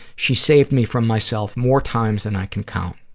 she saved me from myself more times than i can count.